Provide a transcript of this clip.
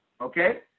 Okay